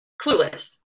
clueless